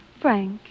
Frank